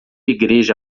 igreja